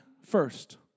first